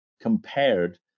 compared